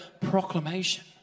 proclamation